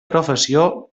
professió